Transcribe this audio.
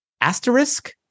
asterisk